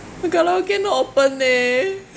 the karaoke not open eh